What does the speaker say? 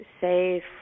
safe